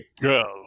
girl